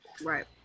right